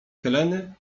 heleny